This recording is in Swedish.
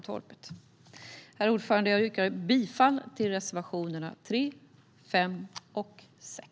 Herr talman! Jag yrkar bifall till reservationerna 3, 5 och 6.